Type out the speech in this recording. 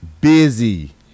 busy